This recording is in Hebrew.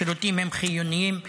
השירותים הם חיוניים מאוד.